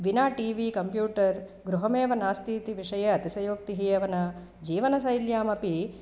विना T V computer गृहमेव नास्ति इति विषये अतिसयोक्तिः एव न जीवनशैल्यामपि